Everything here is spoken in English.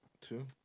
Two